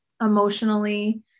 emotionally